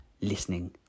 listening